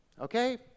Okay